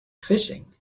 fishing